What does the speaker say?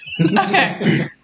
Okay